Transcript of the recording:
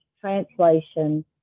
translation